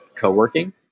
coworking